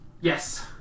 Yes